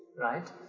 Right